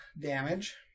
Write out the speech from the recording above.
damage